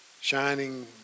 shining